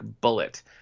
Bullet